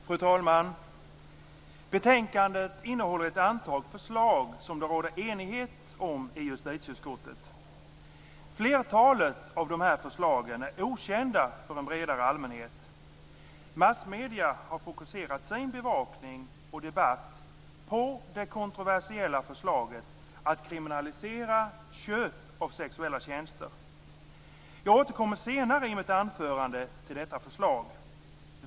Fru talman! Betänkandet innehåller ett antal förslag kring vilka det råder enighet i justitieutskottet. Flertalet av dessa förslag är okända för en bredare allmänhet. Massmedierna har fokuserat sin bevakning och debatt på det kontroversiella förslaget att kriminalisera köp av sexuella tjänster. Jag återkommer senare i mitt anförande till detta förslag.